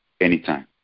anytime